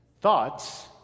Thoughts